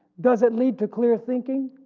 does it lead to clearer thinking?